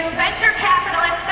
venture capitalist,